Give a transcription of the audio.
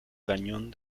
cañón